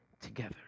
together